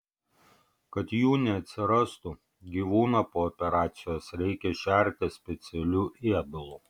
kad jų neatsirastų gyvūną po operacijos reikia šerti specialiu ėdalu